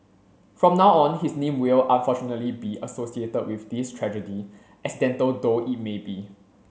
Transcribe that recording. from now on his name will unfortunately be associated with this tragedy accidental though it may be